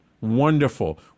Wonderful